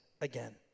again